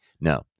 No